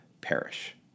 perish